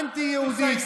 אנטי-יהודית,